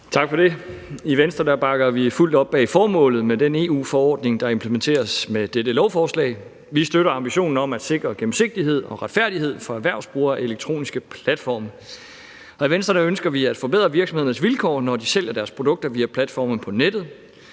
Tak for det. I Venstre bakker vi fuldt op om formålet med den EU-forordning, der implementeres med dette lovforslag. Vi støtter ambitionen om at sikre gennemsigtighed og retfærdighed for erhvervsbrugere af elektroniske platforme. I Venstre ønsker vi at forbedre virksomhedernes vilkår, når de sælger deres produkter via platforme på nettet,